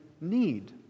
need